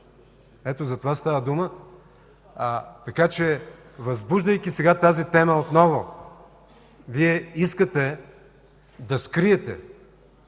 За това става дума. Така че, възбуждайки сега тази тема отново, Вие искате да скриете